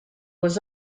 was